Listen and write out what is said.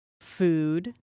Food